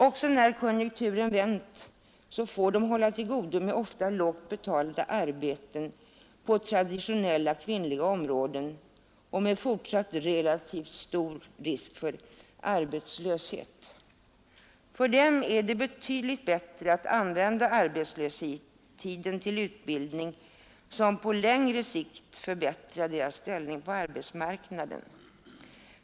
——— Även när konjunkturen vänt får de hålla till godo med ofta lågt betalda arbeten på traditionella kvinnliga områden och med fortsatt relativt stor risk för arbetslöshet. För dem är det betydligt bättre att använda arbetslöshetstiden till utbildning som på längre sikt förbättrar deras ställning på arbetsmarknaden.